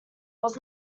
was